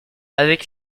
avec